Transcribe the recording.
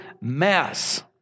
mess